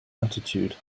attitude